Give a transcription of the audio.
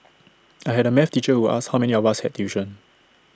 I had A math teacher who asked how many of us had tuition